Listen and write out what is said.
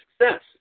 success